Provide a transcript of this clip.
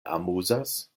amuzas